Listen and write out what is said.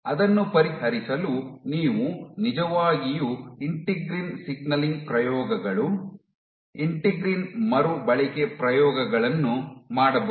ಅದನ್ನು ಪರಿಹರಿಸಲು ನೀವು ನಿಜವಾಗಿಯೂ ಇಂಟಿಗ್ರಿನ್ ಸಿಗ್ನಲಿಂಗ್ ಪ್ರಯೋಗಗಳು ಇಂಟಿಗ್ರಿನ್ ಮರುಬಳಕೆ ಪ್ರಯೋಗಗಳನ್ನು ಮಾಡಬಹುದು